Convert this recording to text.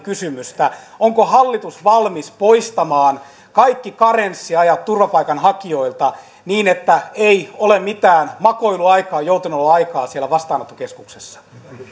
kysymystä onko hallitus valmis poistamaan kaikki karenssiajat turvapaikanhakijoilta niin että ei ole mitään makoiluaikaa joutenoloaikaa siellä vastaanottokeskuksessa